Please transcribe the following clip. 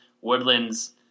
Woodlands